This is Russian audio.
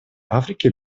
африки